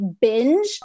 binge